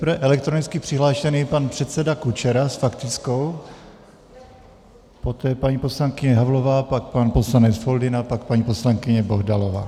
Nejprve elektronicky přihlášený pan předseda Kučera s faktickou, poté paní poslankyně Havlová, pak pan poslanec Foldyna, pak paní poslankyně Bohdalová.